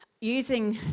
using